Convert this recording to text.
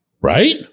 Right